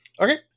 Okay